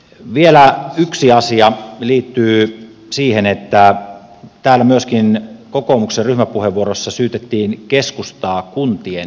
vielä yksi asia joka liittyy siihen että täällä myöskin kokoomuksen ryhmäpuheenvuorossa syytettiin keskustaa kuntien sekasorrosta